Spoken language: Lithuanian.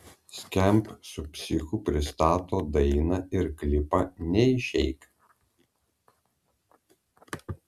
skamp su psichu pristato dainą ir klipą neišeik